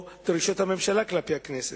או דרישות הממשלה כלפי הכנסת,